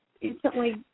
instantly